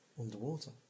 underwater